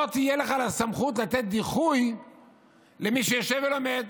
לא תהיה לך סמכות לתת דיחוי למי שיושב ולומד.